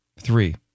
Three